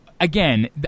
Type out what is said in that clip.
Again